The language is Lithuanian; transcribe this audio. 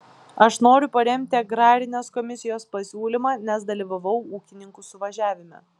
aš noriu paremti agrarinės komisijos pasiūlymą nes dalyvavau ūkininkų suvažiavime